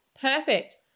perfect